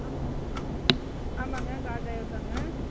ஆமாம்ங்க ஆமாம்ங்க car driver தாங்க